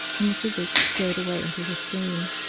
and the physic flowed away into the stream.